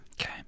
Okay